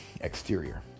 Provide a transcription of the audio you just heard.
exterior